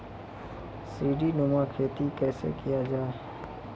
सीडीनुमा खेती कैसे किया जाय?